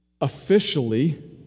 Officially